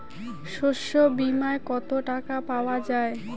শস্য বিমায় কত টাকা পাওয়া যায়?